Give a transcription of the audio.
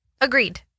Agreed